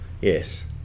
Yes